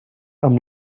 amb